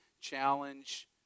challenge